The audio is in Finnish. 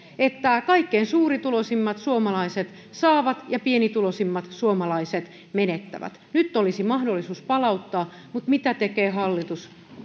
että kaikkein suurituloisimmat suomalaiset saavat ja pienituloisimmat suomalaiset menettävät nyt olisi mahdollisuus palauttaa mutta mitä tekee hallitus